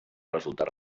resultar